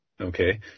Okay